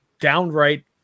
downright